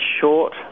short